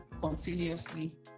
continuously